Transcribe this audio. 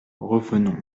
revenons